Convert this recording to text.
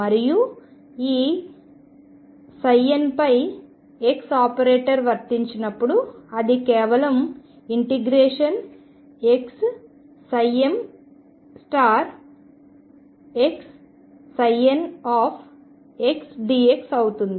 మరియు ఈ n పై x ఆపరేటర్ వర్తించినప్పుడు అది కేవలం ∫xmxndx అవుతుంది